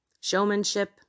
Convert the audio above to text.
showmanship